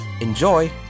Enjoy